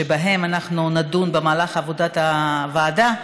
שבהם אנחנו נדון במהלך עבודת הוועדה,